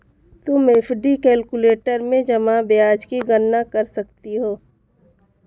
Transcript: तुम FD calculator में जमा ब्याज की गणना कर सकती हो